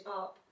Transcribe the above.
up